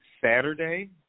Saturday